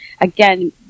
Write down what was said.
again